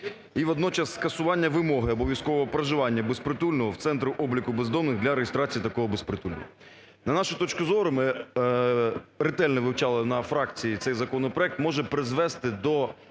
І водночас скасування вимоги обов'язкового проживання безпритульного в Центрі обліку бездомних для реєстрації такого безпритульного. На нашу точку зору, ми ретельно вивчали на фракції цей законопроект, може призвести до